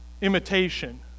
imitation